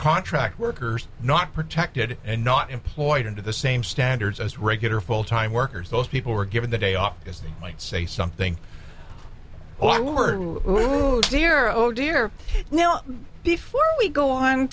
contract workers not protected and not employed into the same standards as regular full time workers those people were given the day off just might say something oh dear oh dear now before we go on